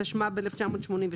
התשמ"ב-1982,